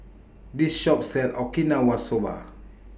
This Shop sells Okinawa Soba